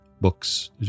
books